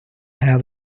have